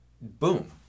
boom